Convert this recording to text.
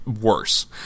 worse